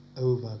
over